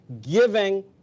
giving